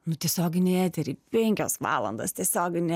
nu tiesioginį eterį penkias valandas tiesioginio